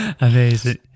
amazing